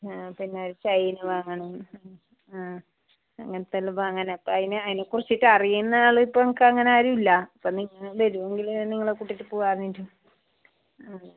ആ പിന്നെ ചെയിന് വാങ്ങണം ആ അങ്ങനത്തെ എല്ലാം വാങ്ങാൻ അപ്പോൾ അതിനെ അതിനെ കുറിച്ചിട്ട് അറിയുന്ന ആൾ ഇപ്പോൾ നമ്മൾക്ക് അങ്ങനെ ആരും ഇല്ല അപ്പോൾ നിങ്ങൾ വരുമെങ്കിൽ നിങ്ങളെ കൂട്ടിയിട്ട് പോവാമെന്നുണ്ട് അതെ